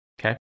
okay